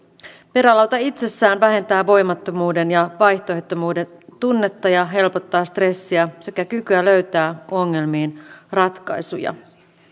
perälauta itsessään vähentää voimattomuuden ja vaihtoehdottomuuden tunnetta ja helpottaa stressiä sekä kykyä löytää ongelmiin ratkaisuja